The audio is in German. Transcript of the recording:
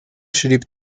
schrieb